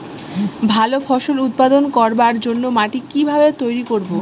ভালো ফসল উৎপাদন করবার জন্য মাটি কি ভাবে তৈরী করব?